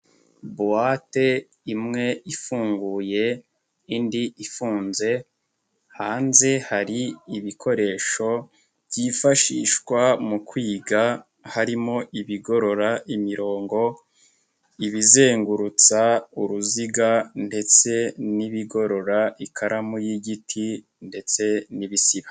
Buwate imwe ifunguye indi ifunze hanze hari ibikoresho byifashishwa mu kwiga harimo ibigorora imirongo, ibizengurutsa uruziga ndetse n'ibigorora ikaramu y'igiti ndetse n'ibisiba.